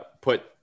put